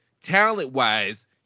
talent-wise